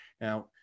Now